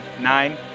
nine